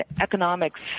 economics